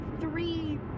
three